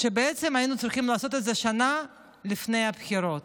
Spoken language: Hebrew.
שבעצם היינו צריכים לעשות את זה שנה לפני הבחירות,